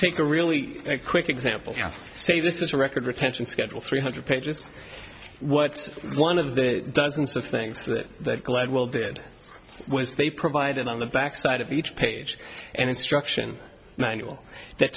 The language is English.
take a really quick example say this record retention schedule three hundred pages what one of the dozens of things that gladwell did was they provided on the backside of each page an instruction manual that